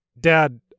dad